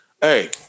hey